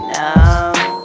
now